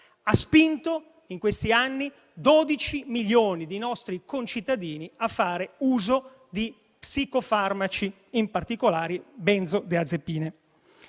ha spinto in questi anni 12 milioni di nostri concittadini a fare uso di psicofarmaci, in particolare benzodiazepine.